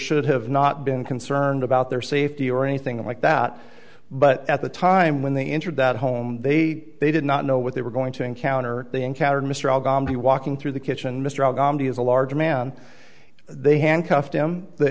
should have not been concerned about their safety or anything like that but at the time when they entered that home they say they did not know what they were going to encounter they encountered mr alghamdi walking through the kitchen mr de is a large man they handcuffed him the